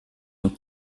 und